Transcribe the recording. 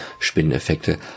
Spinneneffekte